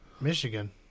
Michigan